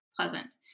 pleasant